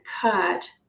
cut